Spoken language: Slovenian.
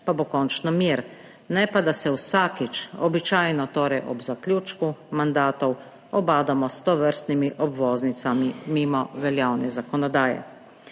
pa bo končno mir. Ne pa da se vsakič, običajno ob zaključku mandatov, ubadamo s tovrstnimi obvoznicami mimo veljavne zakonodaje.